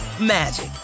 magic